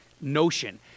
notion